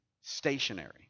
stationary